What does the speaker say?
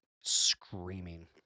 screaming